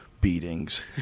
beatings